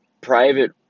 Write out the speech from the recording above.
private